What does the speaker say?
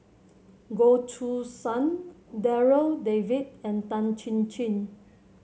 Goh Choo San Darryl David and Tan Chin Chin